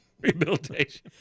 Rehabilitation